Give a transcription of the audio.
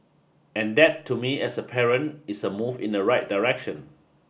and that to me as a parent is a move in the right direction